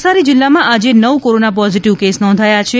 નવસારી જીલ્લામાં આજે નવ કોરોના પોઝીટીવ કેસ નોંધાયા છે